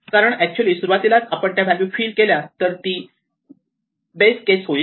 कारण ऍक्च्युली सुरुवातीलाच आपण त्या व्हॅल्यू फिल केल्या तर ती बेस केस होईल